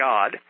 God